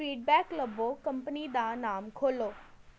feedback ਲੱਭੋ company ਦਾ ਨਾਮ ਖੋਲ੍ਹੋ